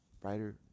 brighter